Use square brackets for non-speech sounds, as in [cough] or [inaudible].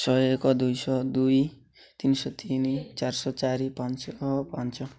ଶହ ଏକ ଦୁଇ ଶହ ଦୁଇ ତିନି ଶହ ତିନି ଚାରି ଶହ ଚାରି ପାଞ୍ଚ ଶହ [unintelligible] ପାଞ୍ଚ